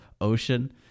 ocean